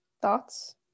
thoughts